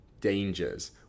dangers